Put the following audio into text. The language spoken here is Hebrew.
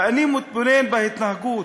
ואני מתבונן בהתנהגות.